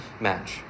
match